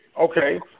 Okay